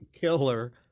killer